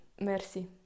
merci